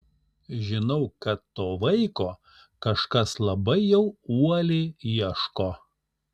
žinau kad to vaiko kažkas labai jau uoliai ieško